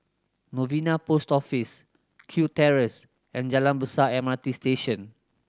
Novena Post Office Kew Terrace and Jalan Besar M R T Station